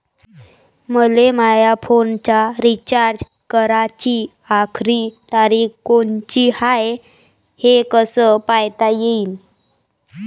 मले माया फोनचा रिचार्ज कराची आखरी तारीख कोनची हाय, हे कस पायता येईन?